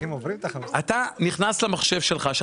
אתה נכנס למחשב שלך.